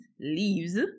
leaves